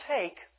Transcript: take